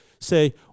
Say